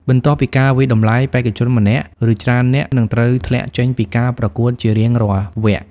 បន្ទាប់ពីការវាយតម្លៃ បេក្ខជនម្នាក់ ឬច្រើននាក់នឹងត្រូវធ្លាក់ចេញពីការប្រកួតជារៀងរាល់វគ្គ។